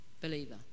believer